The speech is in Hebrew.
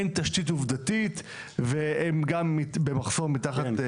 אין תשתית עובדתית והם גם במחסור מתחת לתקן.